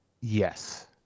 Yes